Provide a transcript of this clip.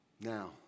Now